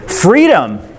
Freedom